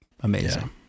amazing